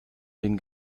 den